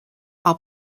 are